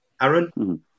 Aaron